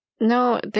No